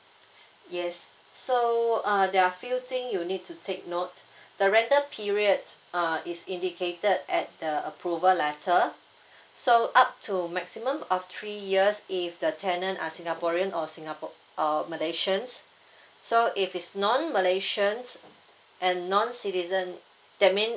yes so uh there are few thing you need to take note the rental period uh is indicated at the approval letter so up to maximum of three years if the tenant are singaporean or singapore uh malaysians so if is non malaysians and non citizen that mean